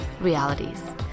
Realities